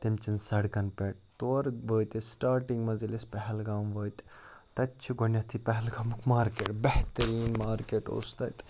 تَمہِ چَن سَڑکَن پٮ۪ٹھ تور وٲتۍ أسۍ سٕٹاٹِنٛگ منٛز ییٚلہِ أسۍ پہلگام وٲتۍ تَتہِ چھِ گۄڈٕنٮ۪تھٕے پہلگامُک مارکٮ۪ٹ بہتریٖن مارکٮ۪ٹ اوس تَتہِ